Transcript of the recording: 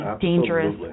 dangerous